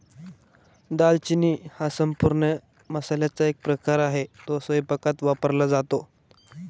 दालचिनी हा संपूर्ण मसाल्याचा एक प्रकार आहे, तो स्वयंपाकात वापरला जातो